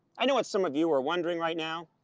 i know what some of you are wondering right now.